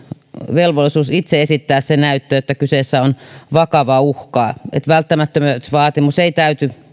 velvollisuus itse esittää se näyttö että kyseessä on vakava uhka että välttämättömyysvaatimus ei täyty